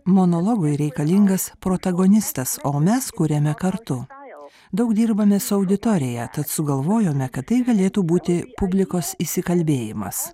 monologui reikalingas protagonistas o mes kuriame kartu daug dirbame su auditorija tad sugalvojome kad tai galėtų būti publikos įsikalbėjimas